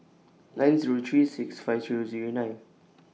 nine Zero three six five three Zero nine